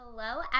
Hello